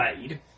made